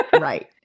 Right